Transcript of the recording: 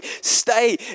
stay